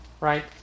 Right